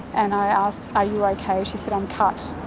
and i asked, are you okay? she said, i'm cut.